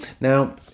Now